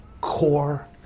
core